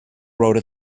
wrote